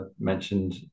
mentioned